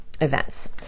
events